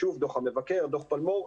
את דוח מבקר המדינה,